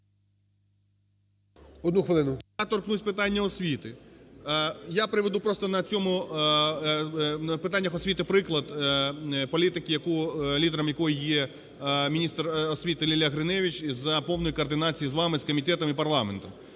Я торкнусь питання освіти. Я приведу просто на цьому… питаннях освіти приклад політики, лідером якої є міністр освіти Лілія Гриневич, за повної координації з вами, з комітетом і парламентом.